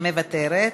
מוותרת,